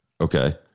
Okay